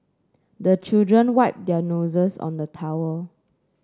the children wipe their noses on the towel